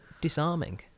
disarming